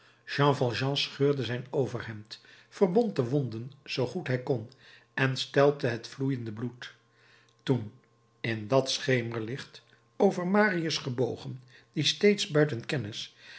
jean valjean scheurde zijn overhemd verbond de wonden zoo goed hij kon en stelpte het vloeiende bloed toen in dat schemerlicht over marius gebogen die steeds buiten kennis